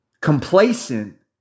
complacent